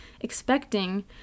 Expecting